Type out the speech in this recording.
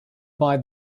buy